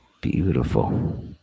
Beautiful